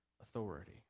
authority